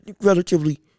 relatively